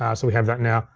um so we have that now.